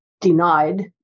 Denied